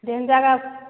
ଯେନ୍ ଜାଗା